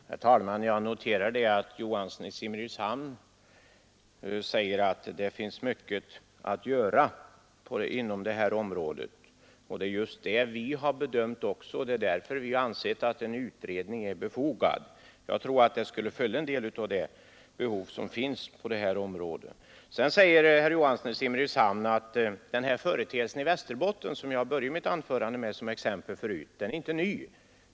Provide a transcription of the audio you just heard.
Herr talman! Jag noterar att herr Johansson i Simrishamn säger att det finns mycket att göra på det här området. Det är också vår bedömning, och därför har vi ansett att en utredning är befogad och skulle fylla ett behov. Vidare säger herr Johansson att den företeelse i Västerbotten, som jag tog upp som exempel i början av mitt anförande, inte är ny.